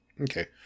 Okay